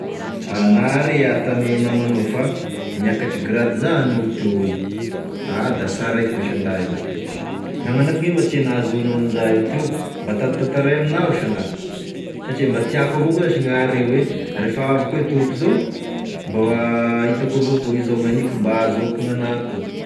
Ah nahare ah tame namanao fa niakatry grady zany hoy teo i, ah da sara eky moa shandah za, nagnano ake ma ty nahazoanao an'izay teo? Mba tatitataray amignahy shandah satria mba tiàko avao koa sh nahare hoe rehefa avy koa i toroko zao mba ho hoitako avao koa izao gn'hagniko mba ahazoako gn'agnahy koa.